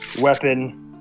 weapon